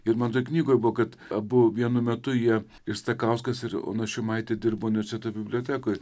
ir man toj knygoj buvo kad abu vienu metu jie ir stakauskas ir ona šimaitė dirbo universiteto bibliotekoj